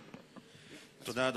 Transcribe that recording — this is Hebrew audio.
תודה.